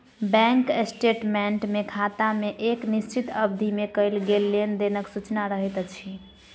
bank statement मे खाता मे एक निश्चित अवधि मे कयल गेल लेन देनक सूचना रहैत अछि